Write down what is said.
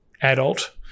adult